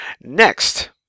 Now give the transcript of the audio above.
Next